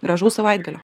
gražaus savaitgalio